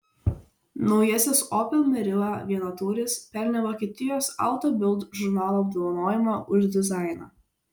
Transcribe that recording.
naujasis opel meriva vienatūris pelnė vokietijos auto bild žurnalo apdovanojimą už dizainą